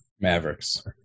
Mavericks